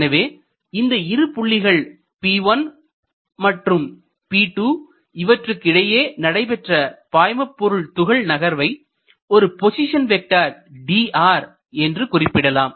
எனவே இந்த இரு புள்ளிகள் P1 மற்றும் P2 இவற்றுக்கிடையே நடைபெற்ற பாய்மபொருள் துகள் நகர்வை ஒரு பொசிஷன் வெக்டர் dr என்று குறிப்பிடலாம்